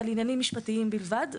על עניינים משפטיים בלבד.